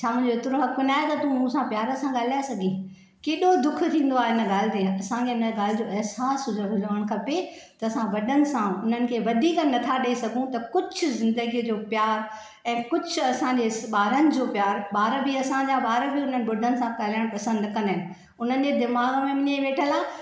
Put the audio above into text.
छा मुंहिंजो एतिरो हकु न आहे त तू मूंसा प्यार सां ॻाल्हाइ सघी केॾो दुखु थींदो आहे हिन ॻाल्हि ते असांखे हिन ॻाल्हि जो अहसासु हुजणु खपे त असां वॾनि सां हुननि खे वधीक नथां ॾेई सघूं त कुझु ज़िन्दगीअ जो प्यारु ऐं कुझु असांजे ॿारनि जो प्यारु ॿार बि असांजा ॿार बि हुननि ॿुढनि सां ॻाल्हाइणु पसंदि न कंदा आहिनि हुननि जे दिमाग में वेठलु आहे त ॾाॾा